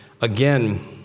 again